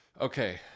Okay